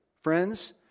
friends